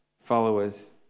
followers